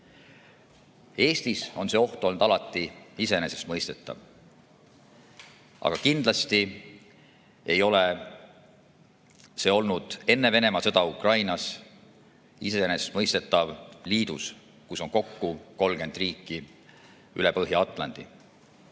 Eestis on see oht olnud alati iseenesestmõistetav. Aga kindlasti ei ole see olnud enne Venemaa sõda Ukrainas iseenesestmõistetav liidus, kus on kokku 30 riiki üle Põhja-Atlandi.